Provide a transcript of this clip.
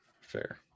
fair